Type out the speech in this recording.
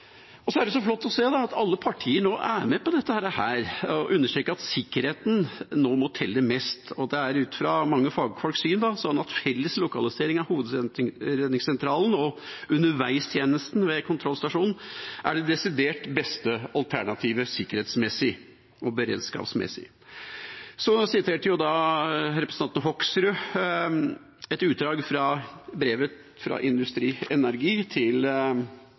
er så flott å se at alle partier nå er med på dette og understreker at sikkerheten nå må telle mest. Det er ut fra mange fagfolks syn sånn at felles lokalisering av Hovedredningssentralen og underveistjenesten ved kontrollstasjonen er det desidert beste alternativet sikkerhetsmessig og beredskapsmessig. Representanten Hoksrud siterte et utdrag fra brevet fra Industri Energi til